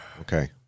Okay